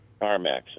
CarMax